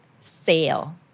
sale